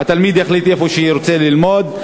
התלמיד יחליט איפה הוא רוצה ללמוד,